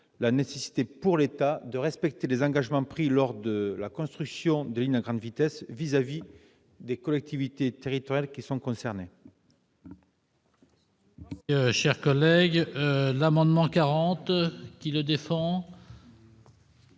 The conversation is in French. la nécessité pour l'État de respecter les engagements pris lors de la construction des lignes à grande vitesse à l'égard des collectivités territoriales concernées.